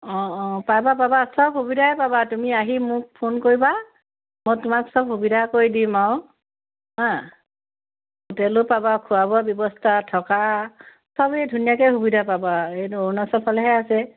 অঁ অঁ পাবা পাবা সব সুবিধাই পাবা তুমি আহি মোক ফোন কৰিবা মই তোমাক সব সুবিধা কৰি দিম আৰু হা হোটেলো পাবা খোৱা বোৱা ব্যৱস্থা থকা সবেই ধুনীয়াকৈ সুবিধা পাবা এইটো অৰুণাচল ফালেহে আছে